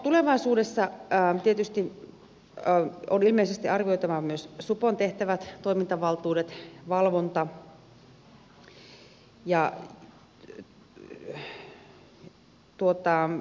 tulevaisuudessa tietysti on ilmeisesti arvioitava myös supon tehtävät toimintavaltuudet valvonta